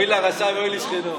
אוי לרשע ואוי לשכנו.